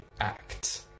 act